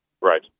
Right